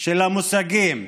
של המושגים